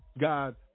God